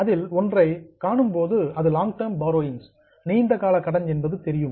அதில் நீங்கள் ஒன்றை காணும்போது அது லாங் டெர்ம் பாரோயிங்ஸ் நீண்ட கால கடன் என்பது தெரியும்